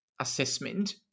Assessment